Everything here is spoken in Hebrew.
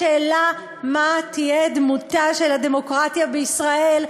השאלה מה תהיה דמותה של הדמוקרטיה בישראל,